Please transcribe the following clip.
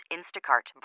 Instacart